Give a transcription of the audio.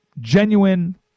genuine